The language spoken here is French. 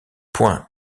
points